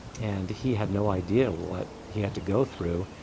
and he had no idea what he had to go through,